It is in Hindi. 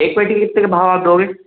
एक पेटी कितने के भाव आप दोगे